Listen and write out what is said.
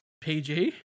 PG